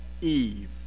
Eve